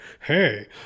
Hey